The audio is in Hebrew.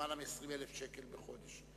למעלה מ-20,000 שקל בחודש,